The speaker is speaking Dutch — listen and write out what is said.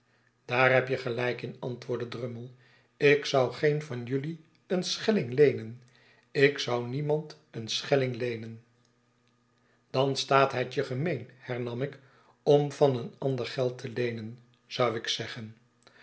daar heb je gelijk in antwoordde drummle ik zou geen van jelui een schelling leenen ik zou niemand een schelling leenen dan staat het je gemeen hernam ik u om van een ander geld te leenen zou ik zeggen